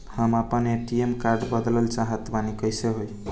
हम आपन ATM card बदलल चाह तनि कइसे होई?